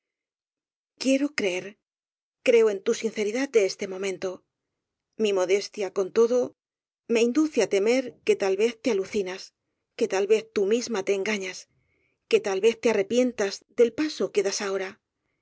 quiero creer creo en tu sinceridad de este momento mi modestia con todo me induce á te mer que tal vez te alucinas que tal vez tú misma te engañas que tal vez te arrepientas del paso que das ahora